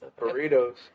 Burritos